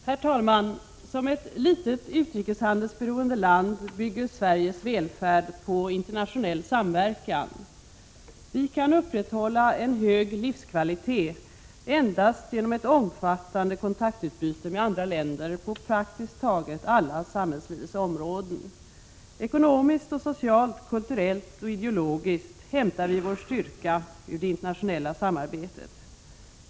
Herr talman! Som ett litet, utrikeshandelsberoende land bygger Sverige sin välfärd på internationell samverkan. Vi kan upprätthålla en hög livskvalitet endast genom ett omfattande kontaktutbyte med andra länder på praktiskt taget alla samhällslivets områden. Ekonomiskt och socialt, kulturellt och ideologiskt hämtar vi vår styrka ur det internationella samarbetet.